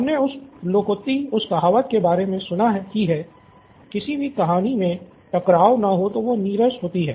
हमने उस लोकोक्ति उस कहावत के बारे मे सुना ही है किसी भी कहानी मे टकराव न हो तो वो नीरस होती है